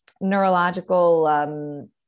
neurological